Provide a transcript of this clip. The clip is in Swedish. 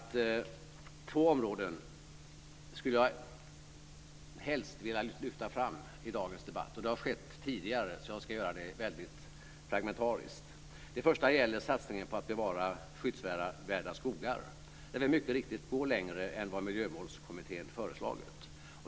Två områden skulle jag helst vilja lyfta fram i dagens debatt, och det har skett tidigare, så jag ska göra det väldigt fragmentariskt. Det första gäller satsningen på att bevara skyddsvärda skogar, där vi mycket riktigt går längre än vad Miljömålskommittén föreslagit.